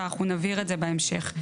נבהיר זאת בהמשך.